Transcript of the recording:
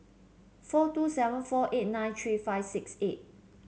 four two seven four eight nine three five six eight